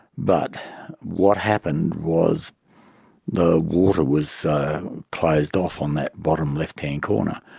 but what happened was the water was closed off on that bottom left-hand corner.